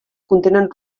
contenen